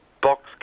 Box